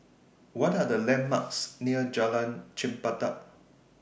What Are The landmarks near Jalan Chempedak